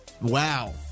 Wow